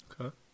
Okay